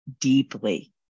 Deeply